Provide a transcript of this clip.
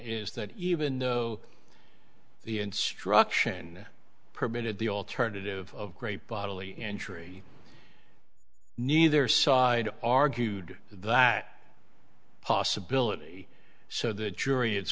is that even though the instruction permitted the alternative of great bodily injury neither side argued that possibility so the jury i